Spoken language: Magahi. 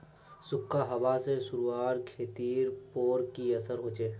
सुखखा हाबा से रूआँर खेतीर पोर की असर होचए?